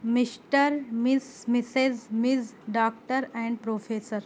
mister miss missus miss doctor and professor